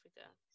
Africa